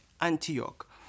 Antioch